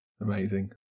Amazing